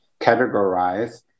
categorize